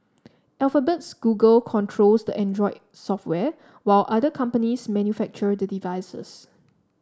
Alphabet's Google controls the Android software while other companies manufacture the devices